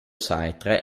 sartre